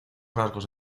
rasgos